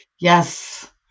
Yes